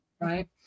right